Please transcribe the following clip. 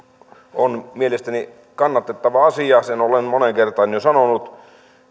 on mielestäni kannatettava asia sen olen moneen kertaan jo sanonut